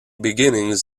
beginnings